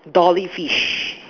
dory fish